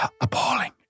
appalling